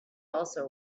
also